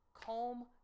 Calm